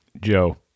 joe